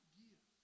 give